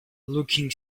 looking